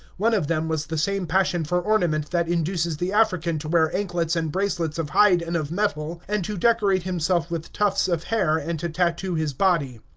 one of them was the same passion for ornament that induces the african to wear anklets and bracelets of hide and of metal, and to decorate himself with tufts of hair, and to tattoo his body.